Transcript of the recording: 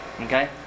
okay